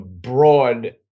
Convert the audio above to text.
broad